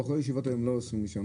בחורי ישיבות לא עושים רישיון,